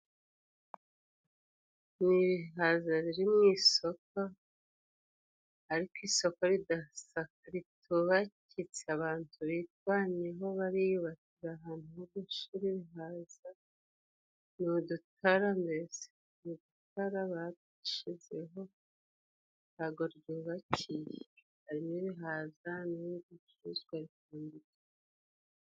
Ni ibihaza biri mu isoko ariko isoko ridasa ritubakitse , abantu birwanyeho bariyubakira ahantu ho gushira ibihaza ni udutara mbesi ni udutara bashizeho ntabwo ryubakiye . Harimo ibihaza n'ibindi bicuruzwa bitandukanye .